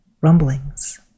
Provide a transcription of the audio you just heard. rumblings